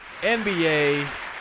NBA